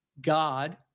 God